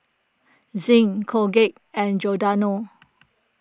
Zinc Colgate and Giordano